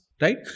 right